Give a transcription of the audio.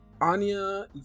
Anya